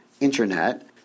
internet